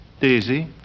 Daisy